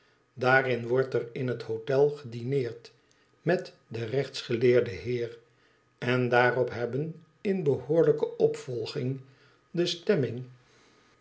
daarin wordt er in het hotel gedineerd met den rechtsgeleerden heer en daarop hebben in behoorlijke opvolging de stemming